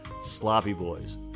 sloppyboys